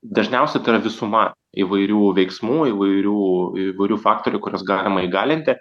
dažniausiai tai yra visuma įvairių veiksmų įvairių įvairių faktorių kuriuos galima įgalinti